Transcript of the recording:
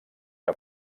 que